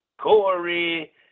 Corey